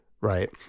right